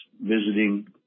visiting